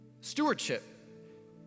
Stewardship